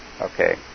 Okay